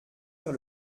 vers